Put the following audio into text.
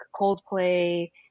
Coldplay